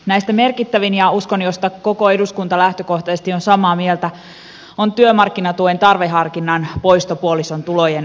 näistä merkittävin ja uskon että siitä koko eduskunta lähtökohtaisesti on samaa mieltä on työmarkkinatuen tarveharkinnan poisto puolison tulojen osalta